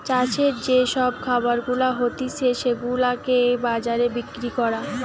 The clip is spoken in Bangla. চাষের যে সব খাবার গুলা হতিছে সেগুলাকে বাজারে বিক্রি করা